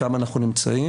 שם אנחנו נמצאים,